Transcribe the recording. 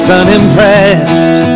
unimpressed